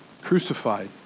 crucified